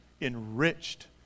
enriched